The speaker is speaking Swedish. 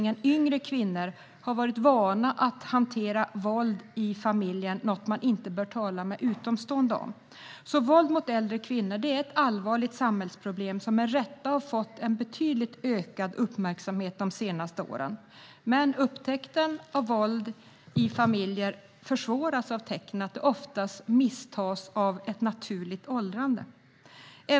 Våldsutsatta äldre kvinnor befinner sig i en särskilt sårbar situation, då de i betydligt större utsträckning än yngre kvinnor har varit vana att hantera våld i familjen som något man inte bör tala om med utomstående. Upptäckten av våld i familjer försvåras också av att tecknen kan misstas för tecken på naturligt åldrande.